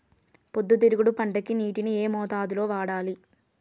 పొద్దుతిరుగుడు పంటకి నీటిని ఏ మోతాదు లో వాడాలి?